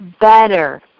better